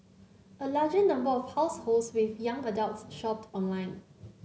a larger number of households with young adults shopped online